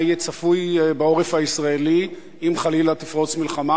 מה צפוי בעורף הישראלי אם חלילה תפרוץ מלחמה.